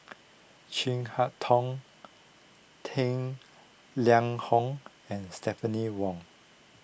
Chin Harn Tong Tang Liang Hong and Stephanie Wong